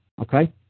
Okay